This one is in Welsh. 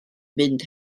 mynd